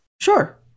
Sure